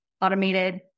automated